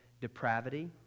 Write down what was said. depravity